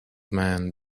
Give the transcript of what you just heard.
man